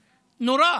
נורא.